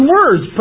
words